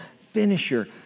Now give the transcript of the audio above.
finisher